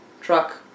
Truck